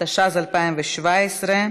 התשע"ז 2017,